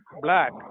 black